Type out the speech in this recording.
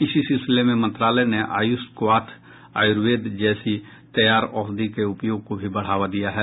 इसी सिलसिले में मंत्रालय ने आयुषक्वाथ आयुर्वेद जैसी तैयार औषधि के उपयोग को भी बढ़ावा दिया है